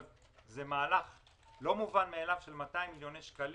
אבל זה מהלך לא מובן מאליו של 200 מיליון שקלים,